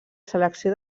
selecció